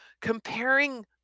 comparing